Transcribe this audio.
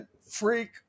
freak